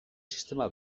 sistema